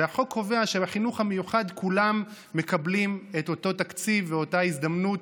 והחוק קובע שבחינוך המיוחד כולם מקבלים את אותו תקציב ואותה הזדמנות.